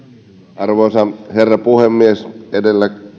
arvoisa herra puhemies edellä